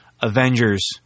Avengers